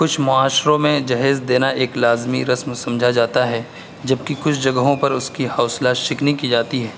کچھ معاشروں میں جہیز دینا ایک لازمی رسم سمجھا جاتا ہے جب کہ کچھ جگہوں پر اس کی حوصلہ شکنی کی جاتی ہے